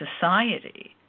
society